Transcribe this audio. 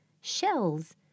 Shells